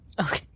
Okay